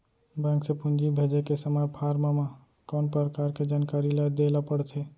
Bank से पूंजी भेजे के समय फॉर्म म कौन परकार के जानकारी ल दे ला पड़थे?